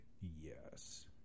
yes